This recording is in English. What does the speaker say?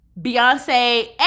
Beyonce